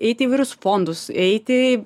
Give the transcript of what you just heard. eit į įvairius fondus eit į